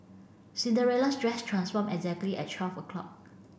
cinderella's dress transformed exactly at twelve o''clock